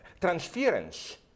transference